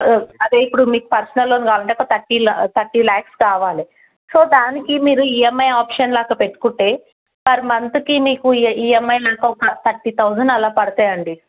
అదే ఇప్పుడు మీకు పర్సనల్ లోన్ కావాలంటే ఒక థర్టీలో థర్టీ ల్యాక్స్ కావాలి సో దానికి మీరు ఈఎమ్ఐ ఆప్షన్ లెక్క పెట్టుకుంటే పర్ మంత్కి మీకు ఈఎమ్ఐ నెలకు ఒక థర్టీ థౌసండ్ అలా పడుతాయండి